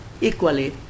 equally